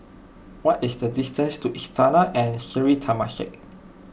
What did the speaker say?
what is the distance to Istana and Sri Temasek